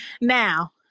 Now